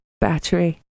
battery